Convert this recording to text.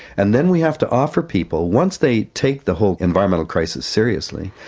and then we have to offer people, once they take the whole environmental crisis seriously,